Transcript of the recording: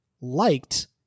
liked